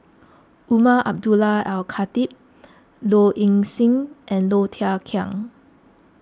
Umar Abdullah Al Khatib Low Ing Sing and Low Thia Khiang